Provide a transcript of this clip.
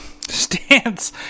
stance